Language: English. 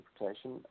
interpretation